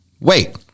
wait